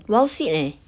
Wildseed eh